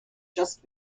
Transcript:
just